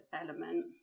element